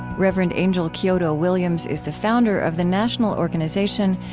reverend angel kyodo williams is the founder of the national organization,